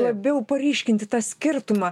labiau paryškinti tą skirtumą